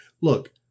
look